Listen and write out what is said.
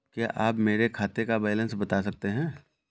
क्या आप मेरे खाते का बैलेंस बता सकते हैं?